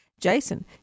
Jason